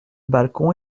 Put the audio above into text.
balcon